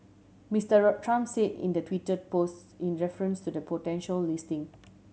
Mister Trump say in the Twitter post in reference to the potential listing